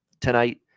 tonight